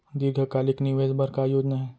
दीर्घकालिक निवेश बर का योजना हे?